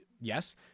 yes